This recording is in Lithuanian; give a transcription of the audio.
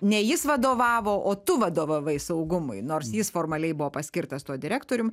ne jis vadovavo o tu vadovavai saugumui nors jis formaliai buvo paskirtas tuo direktorium